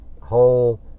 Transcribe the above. whole